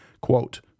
Quote